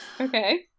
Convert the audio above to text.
okay